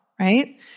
right